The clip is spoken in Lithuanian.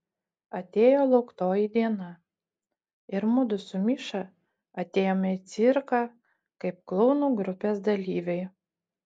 atėjo lauktoji diena ir mudu su miša atėjome į cirką kaip klounų grupės dalyviai